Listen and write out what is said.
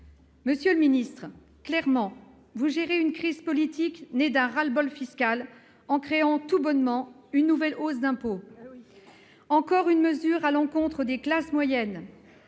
Monsieur le ministre, clairement, vous gérez une crise politique née d'un ras-le-bol fiscal en créant tout bonnement une nouvelle hausse d'impôt ! Eh oui ! Voilà encore une mesure à l'encontre des classes moyennes